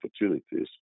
opportunities